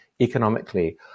economically